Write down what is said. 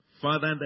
Father